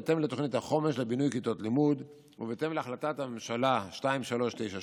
בהתאם לתוכנית החומש לבינוי כיתות לימוד ובהתאם להחלטת הממשלה 2397,